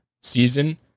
season